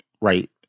right